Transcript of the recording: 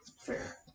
fair